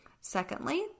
Secondly